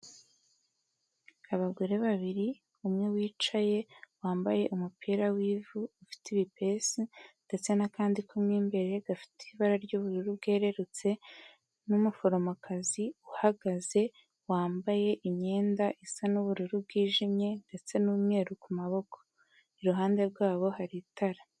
Abagore babiri, umwe wicaye, wambaye umupira w'ivu, ufite ibipesi, ndetse n'akandi ko mo imbere gafite ibara ry'ubururu bwererutse, n'umuforomokazi uhagaze, wambaye imyenda isa n'ubururu bwijimye, ndetse n'umweru ku maboko, iruhande rwabo hari itara.